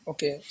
Okay